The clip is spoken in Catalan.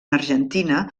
argentina